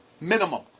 Minimum